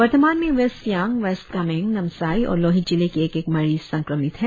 वर्तमान में west Siang west Kameng Namsai और लोहित जिले के एक एक मरीज संक्रमित है